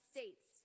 States